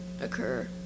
occur